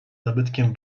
zabytkiem